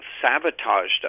sabotaged